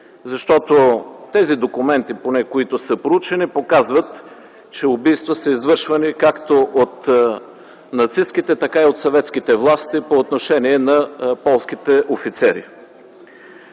Защото тези документи, поне които са проучени, показват, че убийства са извършвани, както от нацистките, така и от съветските власти по отношение на полските офицери.